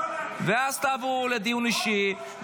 ואז תעברו לדיון אישי,